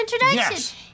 Yes